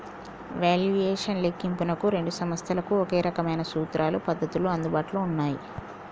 valuation లెక్కింపునకు రెండు సంస్థలకు ఒకే రకమైన సూత్రాలు, పద్ధతులు అందుబాటులో ఉన్నయ్యి